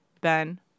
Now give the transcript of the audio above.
Ben